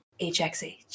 HXH